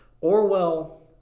Orwell